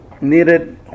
needed